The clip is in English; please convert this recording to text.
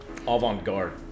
Avant-garde